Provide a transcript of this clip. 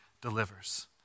delivers